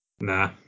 Nah